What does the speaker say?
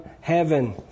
heaven